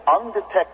undetected